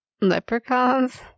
Leprechauns